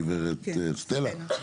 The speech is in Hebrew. גב' סטלה,